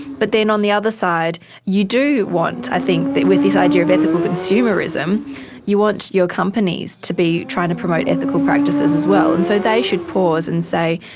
but then on the other side you do want i think, with this idea of ethical consumerism you want your companies to be trying to promote ethical practices as well, and so they should pause and say,